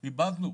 איבדנו.